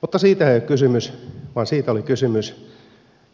mutta siitä ei ole kysymys vaan siitä oli kysymys